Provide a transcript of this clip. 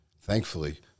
Thankfully